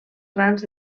grans